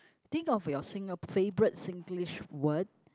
think of your single favourite Singlish word